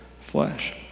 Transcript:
flesh